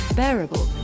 bearable